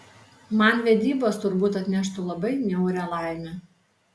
man vedybos turbūt atneštų labai niaurią laimę